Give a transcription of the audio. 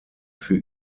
für